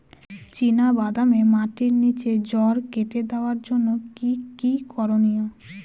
চিনা বাদামে মাটির নিচে জড় কেটে দেওয়ার জন্য কি কী করনীয়?